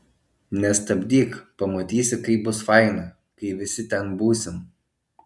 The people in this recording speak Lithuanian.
nestabdyk pamatysi kaip bus faina kai visi ten būsim